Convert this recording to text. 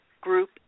group